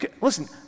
Listen